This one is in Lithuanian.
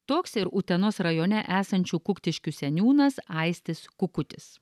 toks ir utenos rajone esančių kuktiškių seniūnas aistis kukutis